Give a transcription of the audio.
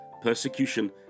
persecution